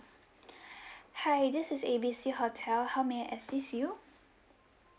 hi this is A B C hotel how may I assist you